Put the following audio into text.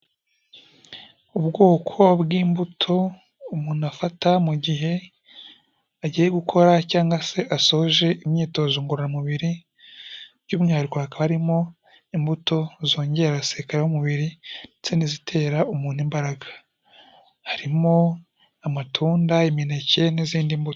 Ubwoko bw'imbuto umuntu afata mu gihe agiye gukora cyangwa se asoje imyitozo ngororamubiri, by'umwihariko hakaba harimo imbuto zongera abasirikare b'umubiri ndetse n'izitera umuntu imbaraga. Harimo amatunda, imineke n'izindi mbuto.